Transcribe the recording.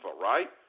right